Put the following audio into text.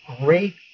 great